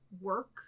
work